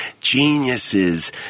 Geniuses